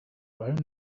were